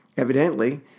Evidently